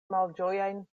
malĝojajn